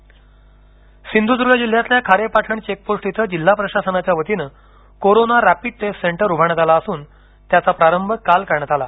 सिंधुदुर्ग सिंधूर्दूर्ण जिल्ह्यातल्या खारेपाटण चेकपोस्ट इथं जिल्हा प्रशासनाच्या वतीने कोरोना रॅपिड टेस्ट सेंटरउभारण्यात आल असून त्याचा प्रारभ काल करण्यात आला